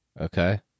Okay